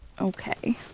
Okay